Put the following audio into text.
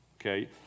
Okay